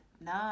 no